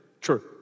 true